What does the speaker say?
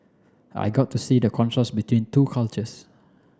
I got to see the contrast between two cultures